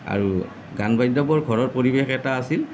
আৰু গান বাদ্যবোৰ ঘৰৰ পৰিৱেশ এটা আছিল